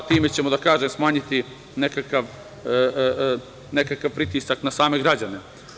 Time ćemo smanjiti nekakav pritisak na same građane.